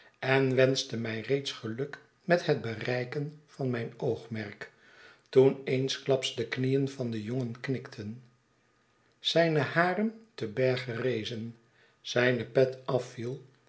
en wenschte mij reeds geluk met het bereiken van mijn oogmerk toen eensklaps de knieen van den jongen knikten zijne haren te berge rezen zijne pet afviel